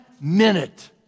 minute